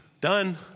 Done